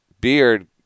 Beard